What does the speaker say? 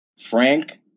Frank